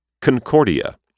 Concordia